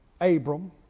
Abram